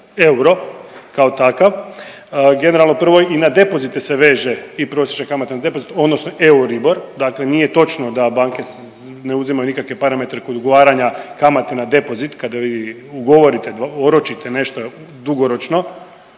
euro kao takav. Generalno prvo i na depozite se veže i prosječna kamata na depozit odnosno EURIBOR dakle nije točno da banke ne uzimaju nikakve parametre kod ugovaranja kamate na depozit. Kada vi ugovorite, oročite nešto dugoročno,